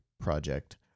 project